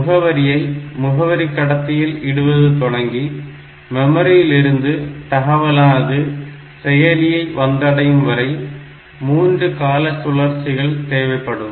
முகவரியை முகவரி கடத்தியில் இடுவது தொடங்கி மெமரியில் இருந்து தகவலானது செயலியை வந்தடையும் வரை மூன்று கால சுழற்சிகள் தேவைப்படும்